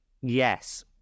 yes